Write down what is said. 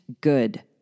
good